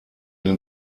den